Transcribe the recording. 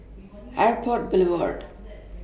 Airport Boulevard